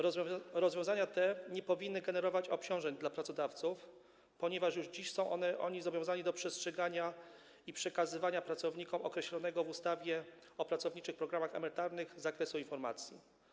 Rozwiązania te nie powinny generować obciążeń dla pracodawców, ponieważ już dziś są oni zobowiązani do przekazywania pracownikom określonego w ustawie o pracowniczych programach emerytalnych zakresu informacji.